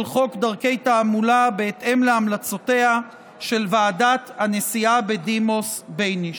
חוק דרכי תעמולה בהתאם להמלצותיה של ועדת הנשיאה בדימוס בייניש.